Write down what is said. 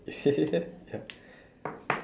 ya